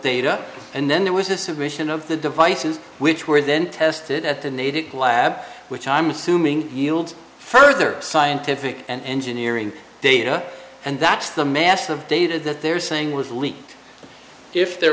data and then there was a submission of the devices which were then tested at the natick lab which i'm assuming healed further scientific and engineering data and that's the mass of data that they're saying with leak if there